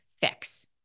fix